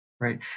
Right